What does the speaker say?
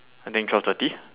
I think twelve thirty